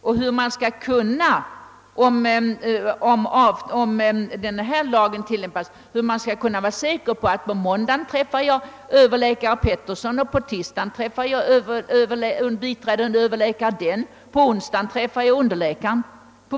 Om denna lag skall tillämpas, kan man inte vara säker på att just på måndag träffa överläkare Pettersson, på tisdagen en biträdande överläkare och på onsdagen underläkaren.